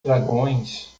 dragões